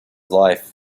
life